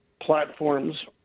platforms